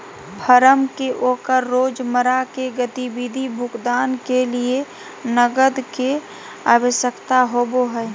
firm के ओकर रोजमर्रा के गतिविधि भुगतान के लिये नकद के आवश्यकता होबो हइ